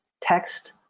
Text